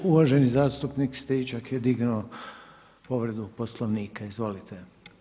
Uvaženi zastupnik Stričak je dignuo povredu Poslovnika, izvolite.